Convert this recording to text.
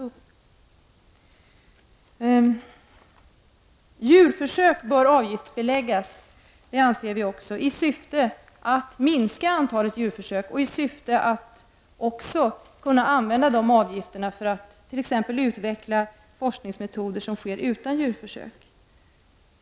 Vi anser också att djurförsök bör avgiftsbeläggas i syfte att minska antalet. Avgifterna skall kunna användas för att t.ex. utveckla forskningsmetoder utan djurförsök.